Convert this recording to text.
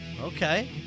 okay